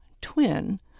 twin